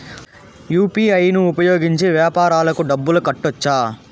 UPI ను ఉపయోగించి వ్యాపారాలకు డబ్బులు కట్టొచ్చా?